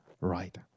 right